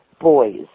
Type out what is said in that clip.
boys